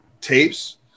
tapes